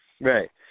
Right